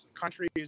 countries